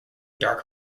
dark